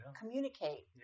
communicate